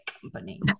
company